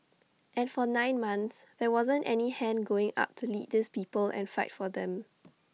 and for nine months there wasn't any hand going up to lead these people and fight for them